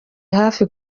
hafi